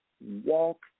walk